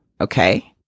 Okay